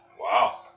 Wow